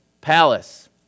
palace